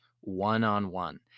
one-on-one